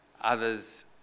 Others